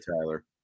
Tyler